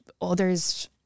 others